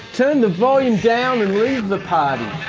turn the volume down and leave the party.